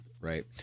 Right